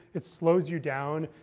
it slows you down,